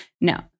No